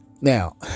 Now